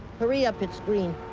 hurry up, it's green.